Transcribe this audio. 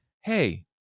hey